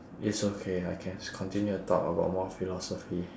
it's okay I can continue to talk about more philosophy